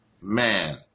man